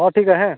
ᱦᱳᱭ ᱴᱷᱤᱠ ᱜᱮᱭᱟ ᱦᱮᱸ